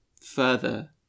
further